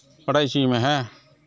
ᱵᱟᱰᱟᱭ ᱦᱚᱪᱚᱧ ᱢᱮ ᱦᱮᱸ